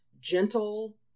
gentle